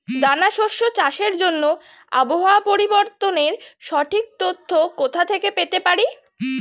দানা শস্য চাষের জন্য আবহাওয়া পরিবর্তনের সঠিক তথ্য কোথা থেকে পেতে পারি?